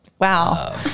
Wow